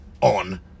on